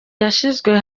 yashyizwe